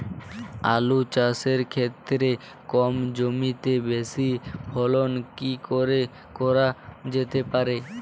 আলু চাষের ক্ষেত্রে কম জমিতে বেশি ফলন কি করে করা যেতে পারে?